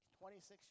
26